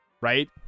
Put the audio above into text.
right